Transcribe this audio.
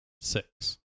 six